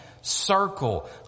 circle